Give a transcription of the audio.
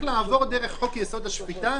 צריך לעבור דרך חוק יסוד: השפיטה,